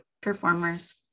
performers